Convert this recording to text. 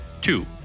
Two